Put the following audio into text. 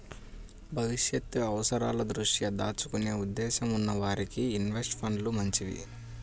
భవిష్యత్తు అవసరాల దృష్ట్యా దాచుకునే ఉద్దేశ్యం ఉన్న వారికి ఇన్వెస్ట్ ఫండ్లు మంచివి